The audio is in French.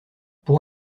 pour